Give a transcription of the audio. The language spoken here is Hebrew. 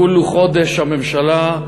כולו חודש הממשלה,